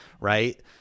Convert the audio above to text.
right